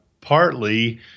Partly